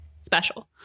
special